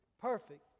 perfect